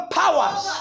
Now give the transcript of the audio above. powers